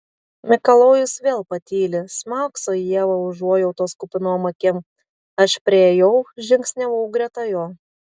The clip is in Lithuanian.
mikalojus vėl patyli smakso į ievą užuojautos kupinom akim aš priėjau žingsniavau greta jo